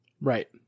Right